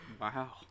Wow